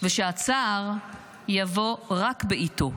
ושהצער יבוא רק בעיתו.